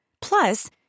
Plus